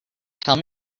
tell